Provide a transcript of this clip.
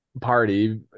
party